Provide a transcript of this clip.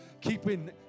Keeping